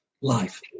life